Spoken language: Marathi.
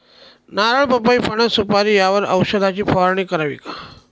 नारळ, पपई, फणस, सुपारी यावर औषधाची फवारणी करावी का?